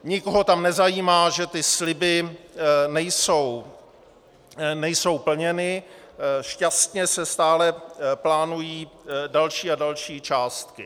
Nikoho tam nezajímá, že sliby nejsou plněny, šťastně se stále plánují další a další částky.